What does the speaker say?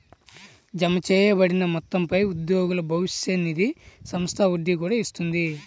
జమచేయబడిన మొత్తంపై ఉద్యోగుల భవిష్య నిధి సంస్థ వడ్డీ కూడా ఇస్తుంది